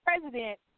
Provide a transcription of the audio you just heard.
president